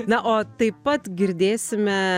na o taip pat girdėsime